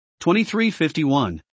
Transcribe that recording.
2351